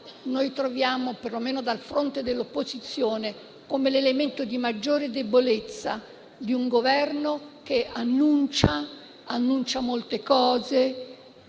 che talvolta, perlomeno dal fronte dell'opposizione, ravvisiamo come elemento di maggiore debolezza di un Governo che annuncia molte cose,